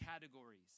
categories